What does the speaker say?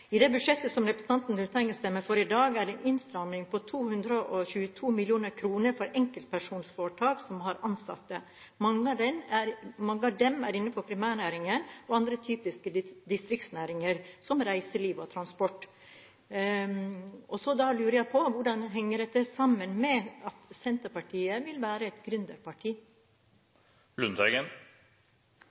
I det budsjettet som representanten Lundteigen stemmer for i dag, er det en innstramming på 222 mill. kr for enkeltpersonsforetak som har ansatte. Mange av dem er innenfor primærnæringer og andre typiske distriktsnæringer som reiseliv og transport. Da lurer jeg på: Hvordan henger dette sammen med at Senterpartiet vil være et